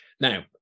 Now